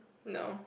no